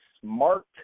smart